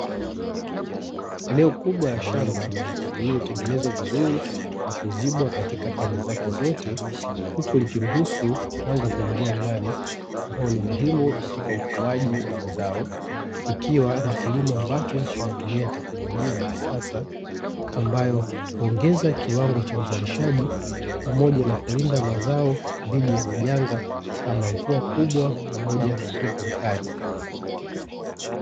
Eneo kubwa la shamba lililo tengenezwa vizuri na kuzibwa katika pande zake zote, huku likiruhusu mwanga kuingia ndani ambao ni muhimu katika ukuaji wa mazao. Ikiwa ni kilimo ambacho kinatumia teknolojia ya kisasa ambayo huongeza kiwango cha uzalishaji pamoja na kulinda mazao dhidi ya majanga\, kama mvua kubwa pamoja na upepo mkali.